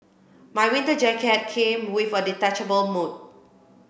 my winter jacket came with a detachable mood